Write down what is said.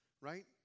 right